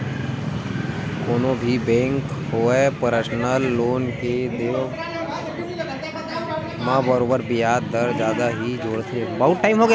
कोनो भी बेंक होवय परसनल लोन के देवब म बरोबर बियाज दर जादा ही जोड़थे